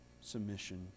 submission